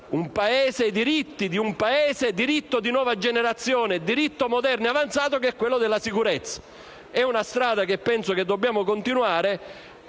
un Paese, diritto di nuova generazione e diritto moderno e avanzato che è quello della sicurezza. È una strada che dobbiamo continuare